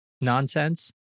nonsense